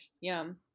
Yum